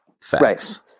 facts